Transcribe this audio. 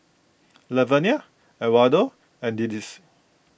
Lavenia Edwardo and Delcie